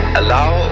allow